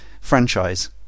franchise